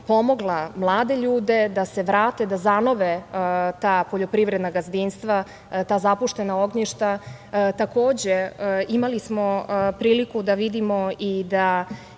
pomogla mlade ljude da se vrate, da zanove ta poljoprivredna gazdinstva, ta zapuštena ognjišta. Imali smo priliku da vidimo i da